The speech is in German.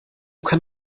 kann